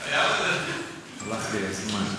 הלך לי הזמן.